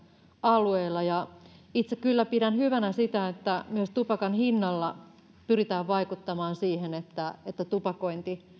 alueilla ja itse kyllä pidän hyvänä sitä että myös tupakan hinnalla pyritään vaikuttamaan siihen että tupakointi